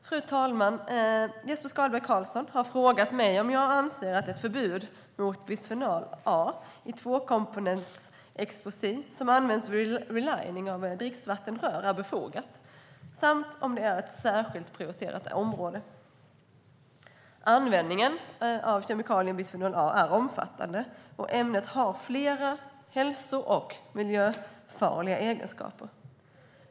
Fru talman! Jesper Skalberg Karlsson har frågat mig om jag anser att ett förbud mot bisfenol A i tvåkomponentsepoxi som används vid relining av dricksvattenrör är befogat samt om det är ett särskilt prioriterat område. Användningen av kemikalien bisfenol A är omfattande, och ämnet har flera hälso och miljöfarliga egenskaper.